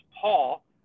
paul